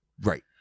Right